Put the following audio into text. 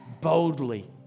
boldly